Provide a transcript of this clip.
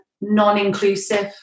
non-inclusive